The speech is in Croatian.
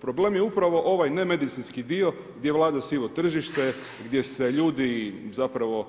Problem je upravo ovaj nemedicinski dio gdje vlada sivo tržište, gdje se ljudi zapravo